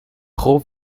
pro